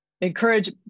encourage